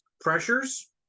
pressures